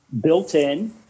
built-in